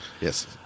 Yes